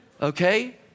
Okay